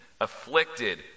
afflicted